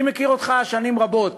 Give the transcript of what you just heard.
אני מכיר אותך שנים רבות.